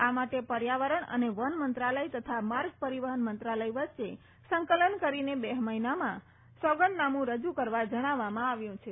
આ માટે પર્યાવરણ અને વન મંત્રાલય તથા માર્ગ પરીવફન મંત્રાલય વચ્ચે સંકલન કરીને બે મફિનામાં સોગંદનામું રજુ કરવા જણાવવામાં આવ્યું છે